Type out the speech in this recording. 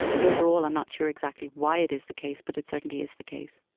but overall i'm not sure exactly why it is the case but it certainly is the case.